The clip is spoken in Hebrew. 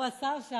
תראו, השר שם,